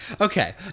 Okay